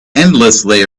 endlessly